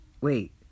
Wait